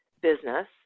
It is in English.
business